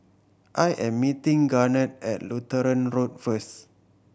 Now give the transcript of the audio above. I am meeting Garnet at Lutheran Road first